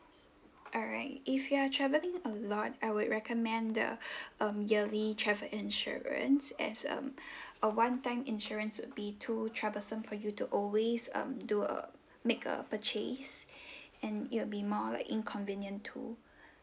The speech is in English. alright if you are travelling a lot I would recommend the um yearly travel insurance as um a one time insurance would be too troublesome for you to always um do uh make a purchase and it'll be more like inconvenient too